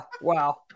Wow